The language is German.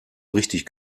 richtig